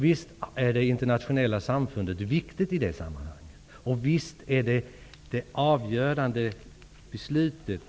Visst är det internationella samfundet i det sammanhanget viktigt för det avgörande beslutet.